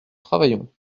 travaillons